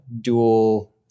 dual